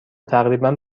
تقریبا